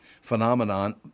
Phenomenon